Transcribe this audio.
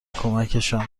کمکشان